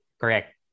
correct